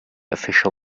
official